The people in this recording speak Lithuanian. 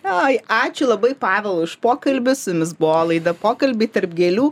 ai ačiū labai pavelui už pokalbį su jumis buvo laida pokalbiai tarp gėlių